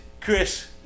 Chris